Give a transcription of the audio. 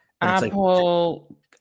Apple